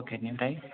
पकेटनिफ्राय